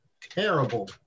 terrible